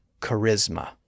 charisma